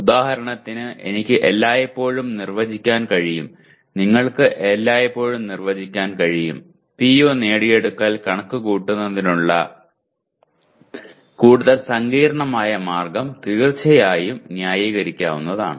ഉദാഹരണത്തിന് എനിക്ക് എല്ലായ്പ്പോഴും നിർവ്വചിക്കാൻ കഴിയും നിങ്ങൾക്ക് എല്ലായ്പ്പോഴും നിർവ്വചിക്കാൻ കഴിയും PO നേടിയെടുക്കൽ കണക്കുകൂട്ടുന്നതിനുള്ള കൂടുതൽ സങ്കീർണ്ണമായ മാർഗ്ഗം തീർച്ചയായും ന്യായീകരിക്കാവുന്നതാണ്